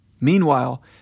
Meanwhile